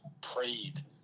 prayed